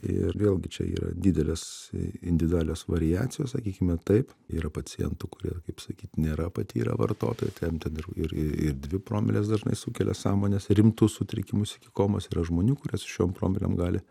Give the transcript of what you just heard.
ir vėlgi čia yra didelės individualios variacijos sakykime taip yra pacientų kurie kaip sakyt nėra patyrę vartotojai tai jam ten ir ir dvi promilės dažnai sukelia sąmonės rimtus sutrikimus iki komos yra žmonių kurie su šiom promilėm gali